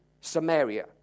Samaria